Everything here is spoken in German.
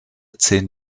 zehn